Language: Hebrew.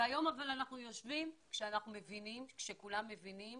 אבל היום אנחנו יושבים כשכולם מבינים